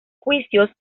juicios